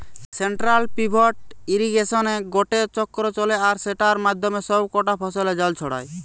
central pivot ইর্রিগেশনে গটে চক্র চলে আর সেটার মাধ্যমে সব কটা ফসলে জল ছড়ায়